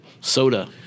soda